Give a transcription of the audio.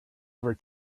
ever